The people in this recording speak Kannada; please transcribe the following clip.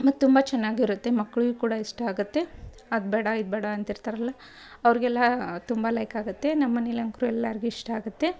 ಮತ್ತು ತುಂಬ ಚೆನ್ನಾಗು ಇರುತ್ತೆ ಮಕ್ಕಳಿಗೂ ಕೂಡ ಇಷ್ಟ ಆಗುತ್ತೆ ಅದು ಬೇಡ ಇದು ಬೇಡ ಅಂತಿರ್ತಾರಲ್ಲ ಅವ್ರಿಗೆಲ್ಲಾ ತುಂಬ ಲೈಕ್ ಆಗುತ್ತೆ ನಮ್ಮಮನೆಯಲ್ ಅಂತೂ ಎಲ್ಲರಿಗೂ ಇಷ್ಟ ಆಗುತ್ತೆ